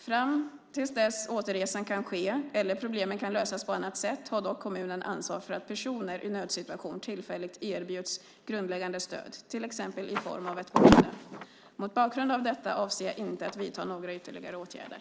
Fram till dess att återresa kan ske eller problemen kan lösas på annat sätt har dock kommunen ansvar för att personer i nödsituation tillfälligt erbjuds grundläggande stöd, till exempel i form av ett boende. Mot bakgrund av detta avser jag inte att vidta några ytterligare åtgärder.